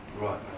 Right